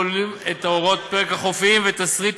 הכוללים את הוראות פרק החופים ותשריט,